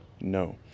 no